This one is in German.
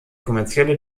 kommerzielle